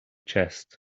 chest